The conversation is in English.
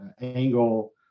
angle